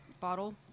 bottle